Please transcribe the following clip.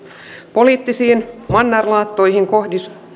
poliittisiin mannerlaattoihin kohdistuu